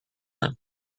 him